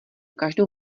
každou